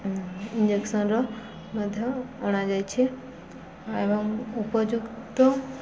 ଇଞ୍ଜେକ୍ସନର ମଧ୍ୟ ଅଣାଯାଇଛି ଏବଂ ଉପଯୁକ୍ତ